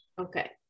Okay